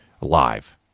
Live